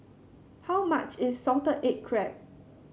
how much is Salted Egg Crab